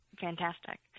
fantastic